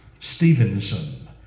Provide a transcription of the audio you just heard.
Stevenson